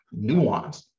nuanced